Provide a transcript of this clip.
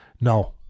No